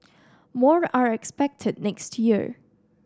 more are expected next year